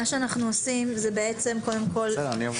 אני לא אומר